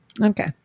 Okay